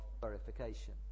verification